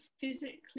physically